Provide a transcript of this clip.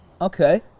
Okay